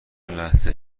لحظه